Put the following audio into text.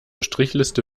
strichliste